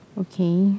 okay